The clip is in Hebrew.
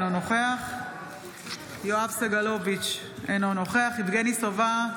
אינו נוכח יואב סגלוביץ' אינו נוכח יבגני סובה,